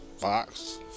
box